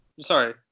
sorry